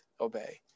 obey